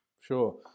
Sure